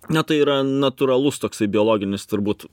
ne tai yra natūralus toksai biologinis turbūt